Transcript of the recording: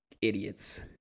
idiots